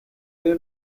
you